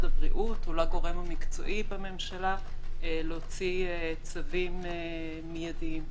הבריאות או לגורם המקצועי בממשלה להוציא צווים מיידיים,